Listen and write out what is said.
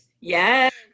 yes